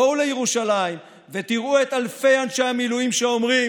בואו לירושלים ותראו את אלפי אנשי המילואים שאומרים